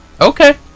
Okay